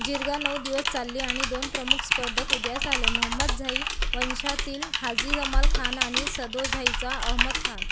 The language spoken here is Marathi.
जिरगा नऊ दिवस चालली आणि दोन प्रमुख स्पर्धक उदयास आले मोहम्मदझाई वंशातील हाजी जमाल खान आनि सदोझाईचा अहमद खान